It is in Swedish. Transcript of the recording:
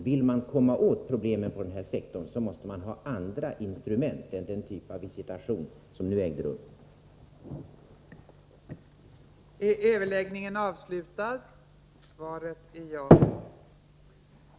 Vill man komma åt problemen på den här Om reformering av sektorn måste man ha andra instrument än den typ av visitation som nu har skördeskadesysteägt rum.